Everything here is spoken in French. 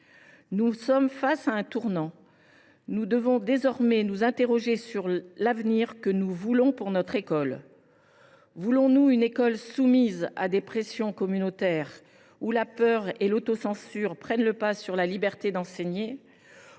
Nous sommes à un tournant. Nous devons désormais nous interroger sur l’avenir que nous voulons pour notre école. Voulons nous une école soumise à des pressions communautaires, où la peur et l’autocensure prennent le pas sur la liberté d’enseigner ?